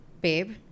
babe